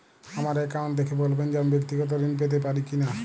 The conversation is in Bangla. আমার অ্যাকাউন্ট দেখে বলবেন যে আমি ব্যাক্তিগত ঋণ পেতে পারি কি না?